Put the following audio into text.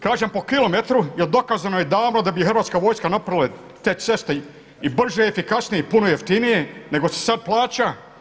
Kažem po kilometru jer dokazano je davno da bi hrvatska vojska napravila te ceste i brže i efikasnije i puno jeftinije nego se sada plaća.